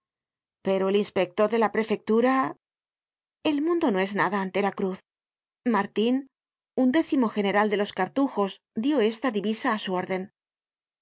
pero el inspector de la prefectura el mundo no es nada ante la cruz martin undécimo general de los cartujos dió esta divisa á su órden